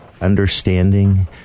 understanding